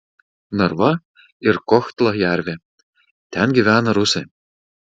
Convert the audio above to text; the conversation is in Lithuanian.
narva ir kohtla jervė ten gyvena rusai